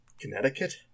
Connecticut